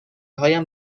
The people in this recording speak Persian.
هایم